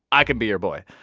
i can be your boy.